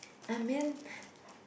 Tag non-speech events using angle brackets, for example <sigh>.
I mean <breath>